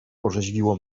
orzeźwiło